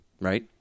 Right